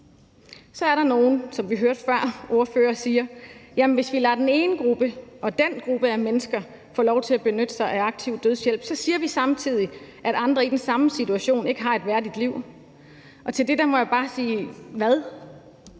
nogle, der siger, som vi før hørte nogle ordførere sige: Jamen hvis vi lader den og den gruppe af mennesker få lov til at benytte sig af aktiv dødshjælp, så siger vi samtidig, at andre i den samme situation ikke har et værdigt liv. Og til det må jeg bare sige: Hvad?